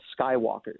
Skywalkers